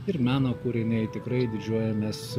ir meno kūriniai tikrai didžiuojamės